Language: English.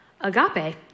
agape